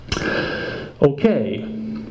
okay